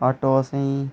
auto असें ई